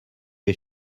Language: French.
les